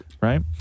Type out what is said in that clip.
right